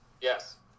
Yes